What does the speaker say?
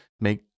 make